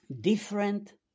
Different